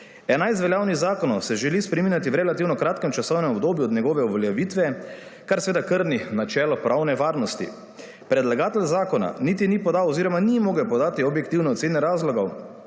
Enajst veljavnih zakonov se želi spreminjati v relativno kratkem časovnem obdobju od njegove uveljavitve, kar seveda krni načelo pravne varnosti. Predlagatelj zakona niti ni podal oziroma ni mogel podati objektivne ocene razlogov